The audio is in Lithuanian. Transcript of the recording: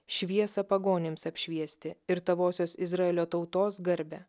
šviesą pagonims apšviesti ir tavosios izraelio tautos garbę